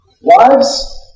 Wives